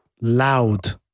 Loud